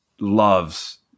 loves